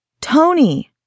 Tony